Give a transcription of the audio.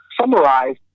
summarize